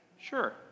Sure